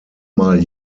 mal